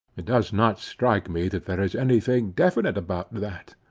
it does not strike me that there is any thing definite about that.